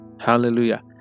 Hallelujah